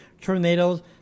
tornadoes